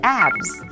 abs，